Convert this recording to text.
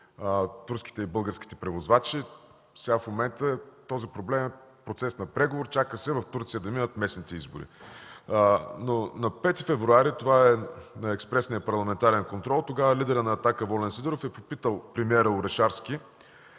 турските и българските превозвачи. Сега в момента този проблем е в процес на преговори, чака се в Турция да минат местните избори. На 5 февруари, това е на експресния парламентарен контрол, лидерът на „Атака“ Волен Сидеров е попитал премиера Орешарски